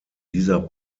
dieser